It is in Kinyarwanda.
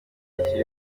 kiri